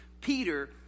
Peter